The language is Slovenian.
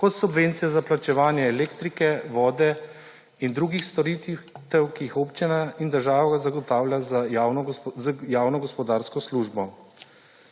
kot subvencija za plačevanje elektrike, vode in drugih storitev, ki jih občine in država zagotavlja z javno gospodarsko službo.